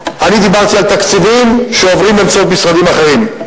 אני דיברתי על תקציבים שעוברים באמצעות משרדים אחרים.